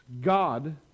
God